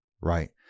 right